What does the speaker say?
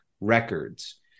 records